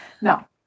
No